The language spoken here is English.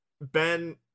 Ben